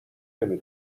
نمی